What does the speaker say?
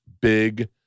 big